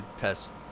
pest